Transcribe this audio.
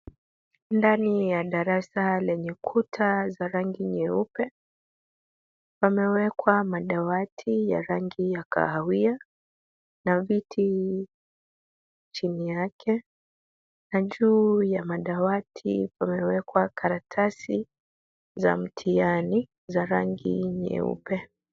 Ndani ya darasa lenye kuta za rangi nyeupe. Pamewekwa madawati ya rangi ya kahawia na viti chini yake na juu ya madawati pamewekwa karatasi za mtihani za rangi nyeupe.